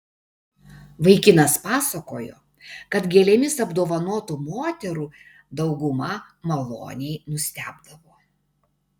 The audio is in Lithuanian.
vaikinas pasakojo kad gėlėmis apdovanotų moterų dauguma maloniai nustebdavo